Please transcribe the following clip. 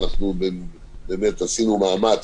ואנחנו באמת עשינו מאמץ